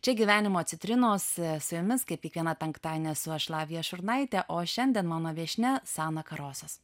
čia gyvenimo citrinos su jumis kaip kiekvieną penktadienį esu aš lavija šurnaitė o šiandien mano viešnia sana karosas